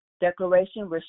declaration